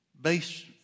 based